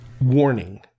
warning